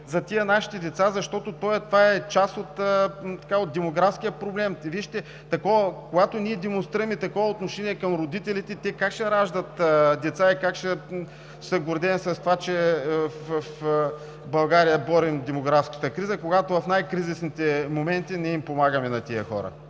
за нашите деца, защото това е част от демографския проблем. Когато ние демонстрираме такова отношение към родителите, те как ще раждат деца и как ще се гордеем с това, че в България борим демографската криза, когато в най-кризисните моменти не помагаме на тези хора?